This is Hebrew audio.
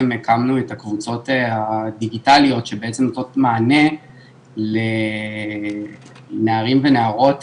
הקמנו את הקבוצות הדיגיטליות שבעצם נותנות מענה לנערים ונערות